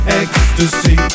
ecstasy